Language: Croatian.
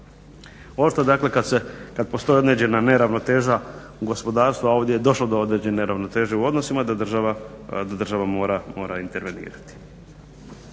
ovo što dakle kad se, kad postoji određena neravnoteža u gospodarstvu a ovdje je došlo do određene ravnoteže u odnosima da država mora intervenirati.